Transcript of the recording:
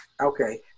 okay